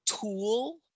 tool